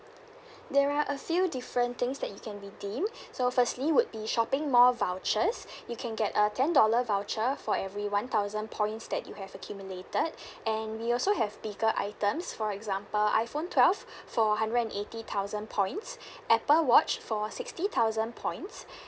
there are a few different things that you can redeem so firstly would be shopping mall vouchers you can get a ten dollar voucher for every one thousand points that you have accumulated and we also have bigger items for example iphone twelve for hundred and eighty thousand points apple watch for sixty thousand points